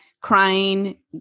crying